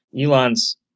Elon's